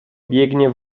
biegnie